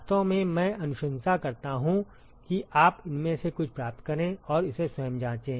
वास्तव में मैं अनुशंसा करता हूं कि आप इनमें से कुछ प्राप्त करें और इसे स्वयं जांचें